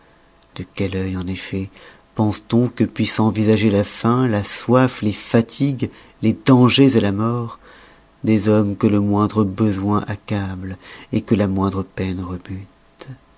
de quel œil en effet pense-t-on que puissent envisager la faim la soif les fatigues les dangers la mort des hommes que le moindre besoin accable que la moindre peine